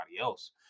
else